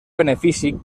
benefici